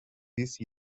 these